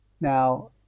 Now